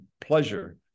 pleasure